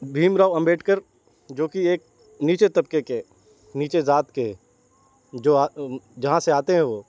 بھیم راؤ امبیڈکر جوکہ ایک نیچے طبقے کے نیچے ذات کے جو جہاں سے آتے ہیں وہ